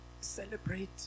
celebrate